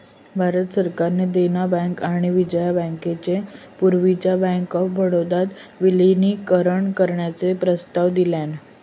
भारत सरकारान देना बँक आणि विजया बँकेचो पूर्वीच्यो बँक ऑफ बडोदात विलीनीकरण करण्याचो प्रस्ताव दिलान